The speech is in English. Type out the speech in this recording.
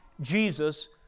Jesus